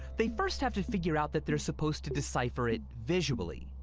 they first have to figure out that they're supposed to decipher it visually.